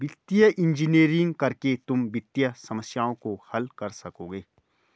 वित्तीय इंजीनियरिंग करके तुम वित्तीय समस्याओं को हल कर सकोगे